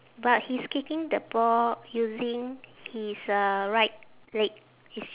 but he's kicking the ball using his uh right leg his